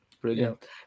Brilliant